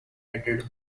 headed